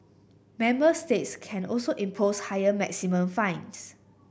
member states can also impose higher maximum fines